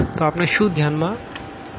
તો આપણે શુ ધ્યાન માં લેશું